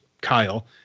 Kyle